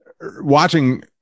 watching